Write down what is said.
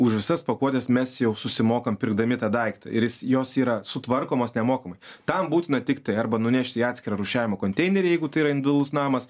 už visas pakuotes mes jau susimokam pirkdami tą daiktą ir jos yra sutvarkomos nemokamai tam būtina tiktai arba nunešti į atskirą rūšiavimo konteinerį jeigu tai yra indus namas